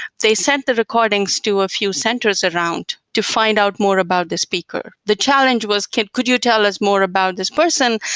they sent the recordings to a few centers around to find out more about the speaker. the challenge was, could could you tell us more about this person?